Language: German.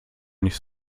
nicht